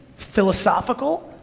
philosophical,